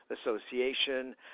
Association